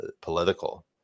political